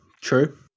true